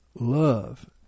love